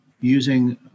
using